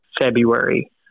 february